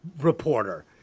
reporter